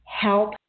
help